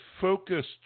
focused